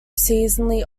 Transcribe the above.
seasonally